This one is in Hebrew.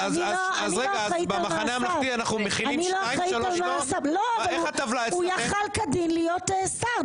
אני באמת הייתי שמחה שנקיים דיון אחרי שתהיה חוות דעת משפטית.